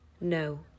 no